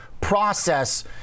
process